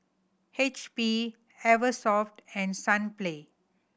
H P Eversoft and Sunplay